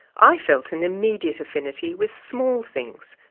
i felt an immediate affinity with small things,